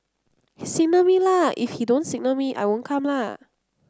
he signal me la if he don't signal me I won't come la